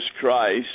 Christ